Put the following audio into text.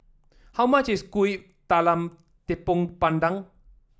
how much is Kuih Talam Tepong Pandan